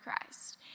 Christ